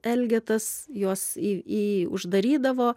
elgetas juos į į uždarydavo